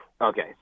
Okay